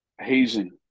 hazing